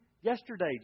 yesterday